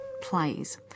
plays